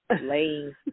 laying